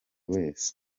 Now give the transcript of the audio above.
wese